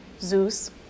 Zeus